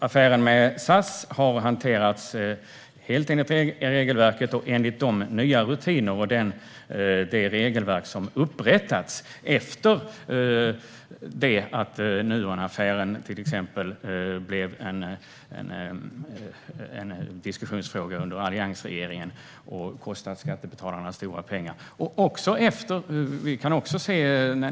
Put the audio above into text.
Affären med SAS har hanterats helt enligt regelverket, det vill säga enligt de nya rutiner och regelverk som har upprättats efter det att till exempel Nuonaffären blev en diskussionsfråga under alliansregeringens tid och kostade skattebetalarna stora pengar.